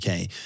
uk